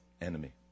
enemy